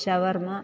ഷവർമ